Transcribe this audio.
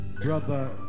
Brother